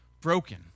broken